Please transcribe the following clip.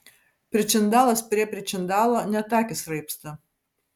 pričindalas prie pričindalo net akys raibsta